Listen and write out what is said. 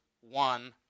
one